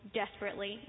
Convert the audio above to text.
desperately